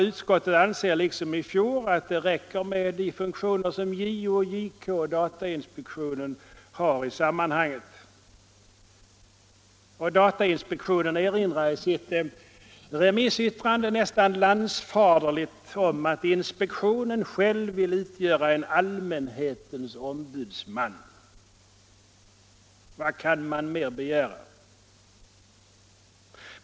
Utskottet anser liksom i fjol att det räcker med de funktioner som JO, JK och datainspektionen har i sammanhanget. Datainspektionen erinrar i sitt remissyttrande nästan landsfaderligt om att inspektionen själv vill utgöra en ”allmänhetens ombudsman”. Vad kan man mer begära?